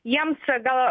jiems gal